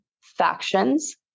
factions